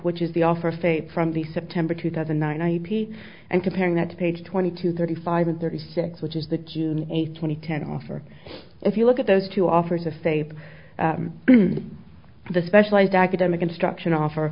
which is the offer fate from the september two thousand nine hundred eighty and comparing that to page twenty two thirty five and thirty six which is the june eighth twenty ten offer if you look at those two offers of say the specialized academic instruction offer